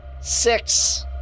Six